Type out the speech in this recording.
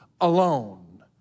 alone